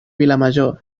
vilamajor